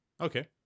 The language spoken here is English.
Okay